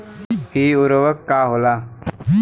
इ उर्वरक का होला?